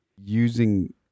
using